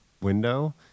window